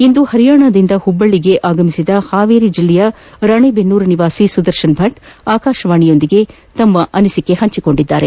ಇಂದು ಹರಿಯಾಣದಿಂದ ಹುಬ್ಬಳ್ಳಿಗೆ ಆಗಮಿಸಿದ ಹಾವೇರಿ ಜಿಲ್ಲೆಯ ರಾಣೆಬೆನ್ನೂರು ನಿವಾಸಿ ಸುದರ್ಶನ್ ಭಟ್ ಆಕಾಶವಾಣಿಯೊಂದಿಗೆ ಹೆಚ್ಚಿನ ಮಾಹಿತಿ ಹಂಚೆಕೊಂದಿದ್ದಾರೆ